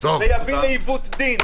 זה יביא לעיוות דין.